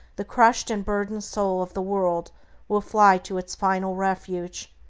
the crushed and burdened soul of the world will fly to its final refuge,